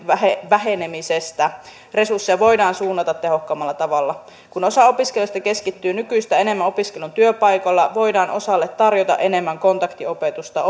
vähenemisestä resursseja voidaan suunnata tehokkaammalla tavalla kun osa opiskelijoista keskittyy nykyistä enemmän opiskeluun työpaikoilla voidaan osalle tarjota enemmän kontaktiopetusta